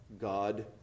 God